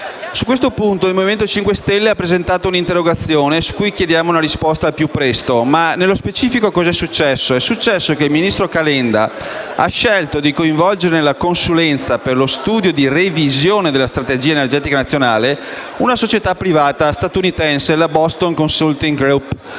Su questo punto, il Movimento 5 Stelle ha presentato un'interrogazione su cui chiediamo una risposta al più presto. Nello specifico cosa è successo? È successo che il ministro Calenda ha scelto di coinvolgere nella consulenza per lo studio di revisione della strategia energetica nazionale la società privata statunitense Boston Consulting Group,